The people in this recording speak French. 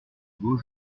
beaux